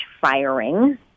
firing